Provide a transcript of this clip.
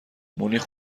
مونیخ